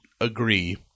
agree